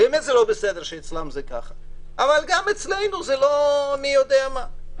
זה באמת לא בסדר אבל גם אצלנו זה לא מי יודע מה.